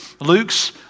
Luke's